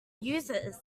users